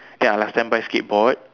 ya last time buy skateboard